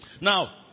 Now